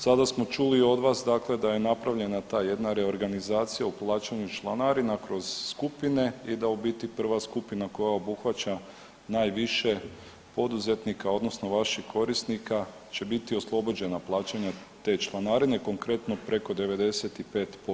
Sada smo čuli od vas da je napravljena ta jedna reorganizacija u plaćanju članarina kroz skupine i da u biti prva skupina koja obuhvaća najviše poduzetnika odnosno vaših korisnika će biti oslobođena plaćanja te članarine, konkretno preko 95%